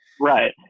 Right